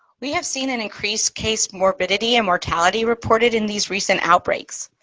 we have seen an increased case morbidity and mortality reported in these recent outbreaks.